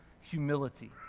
humility